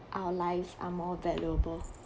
our lives are more valuable